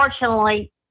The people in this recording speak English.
unfortunately